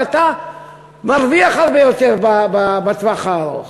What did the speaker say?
אבל אתה מרוויח הרבה יותר בטווח הארוך.